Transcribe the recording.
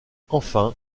enfin